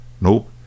Nope